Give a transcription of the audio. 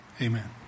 Amen